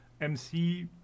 MC